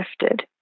shifted